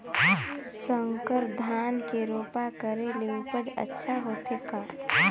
संकर धान के रोपा करे ले उपज अच्छा होथे का?